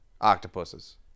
octopuses